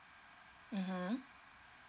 (uh huh)